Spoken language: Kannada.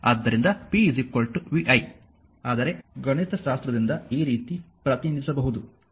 ಆದ್ದರಿಂದ p vi ಆದರೆ ಗಣಿತಶಾಸ್ತ್ರದಿಂದ ಈ ರೀತಿ ಪ್ರತಿನಿಧಿಸಬಹುದು